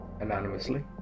anonymously